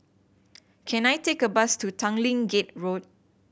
can I take a bus to Tanglin Gate Road